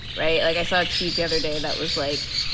right. like, i saw a tweet the other day that was like,